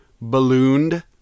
ballooned